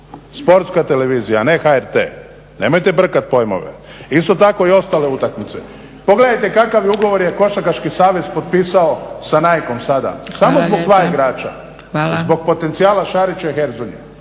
sportska televizija a ne HRT, nemojte brkati pojmove. Isto tako i ostale utakmice. Pogledajte kakav ugovor je košarkaški savez potpisao sa NIKE-om sada samo zbog dva igrača, zbog potencijala Šarića i Hezonje